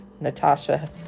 Natasha